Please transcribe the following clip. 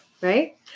right